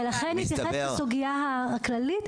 זה מתייחס לסוגיה הכללית,